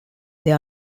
they